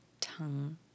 tongue